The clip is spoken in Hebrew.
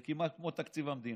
זה כמעט כמו תקציב המדינה.